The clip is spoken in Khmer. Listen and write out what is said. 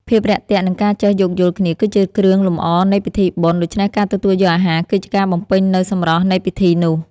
ភាពរាក់ទាក់ និងការចេះយោគយល់គ្នា គឺជាគ្រឿងលម្អនៃពិធីបុណ្យ ដូច្នេះការទទួលយកអាហារគឺជាការបំពេញនូវសម្រស់នៃពិធីនោះ។